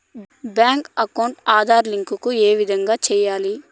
Bank account Aadhaar link ఏ విధంగా సెయ్యాలి?